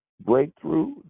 Breakthrough